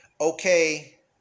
okay